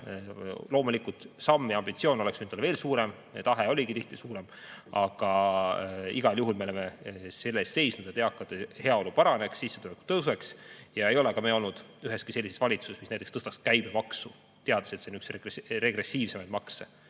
Loomulikult, samm ja ambitsioon oleks võinud olla veel suurem, ja tahe ongi tihti suurem. Aga igal juhul me oleme selle eest seisnud, et eakate heaolu paraneks, sissetulekud tõuseks. Ja ei ole me olnud üheski sellises valitsuses, mis näiteks tõstaks käibemaksu, teades, et see on üks regressiivsemaid makse,